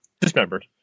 dismembered